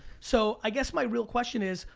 so, i guess my real question is,